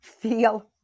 feel